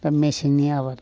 दा मेसेंनि आबाद